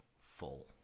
full